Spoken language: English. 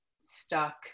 stuck